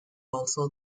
also